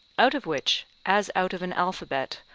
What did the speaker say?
out of which, as out of an alphabet,